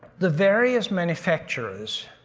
the various manufacturers,